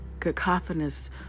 cacophonous